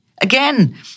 again